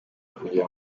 kugira